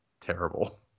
Terrible